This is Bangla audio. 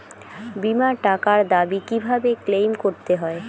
বিমার টাকার দাবি কিভাবে ক্লেইম করতে হয়?